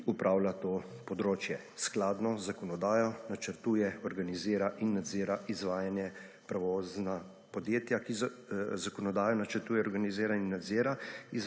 ki upravlja to področje. Skladno z zakonodajo načrtuje, organizira in nadzira izvajanje prevozna podjetja, ki z zakonodajo načrtuje, organizira in nadzira